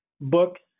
books